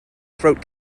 throat